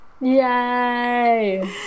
yay